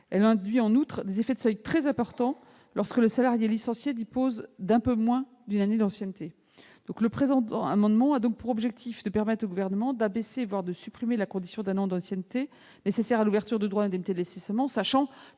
elle induit des effets de seuil très importants pour les salariés licenciés disposant d'un peu moins d'une année d'ancienneté. Le présent amendement a pour objet de permettre au Gouvernement d'abaisser, voire de supprimer, la condition d'un an d'ancienneté nécessaire à l'ouverture de droits à l'indemnité de licenciement, étant